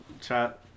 chat